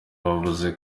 bavuze